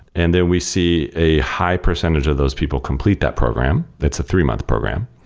and then we see a high-percentage of those people complete that program. that's a three-month program.